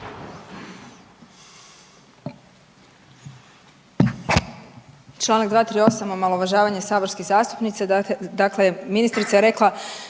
Čl. 238. omalovažavanje saborske zastupnice, dakle ministrica je rekla